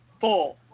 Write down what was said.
four